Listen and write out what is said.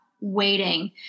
waiting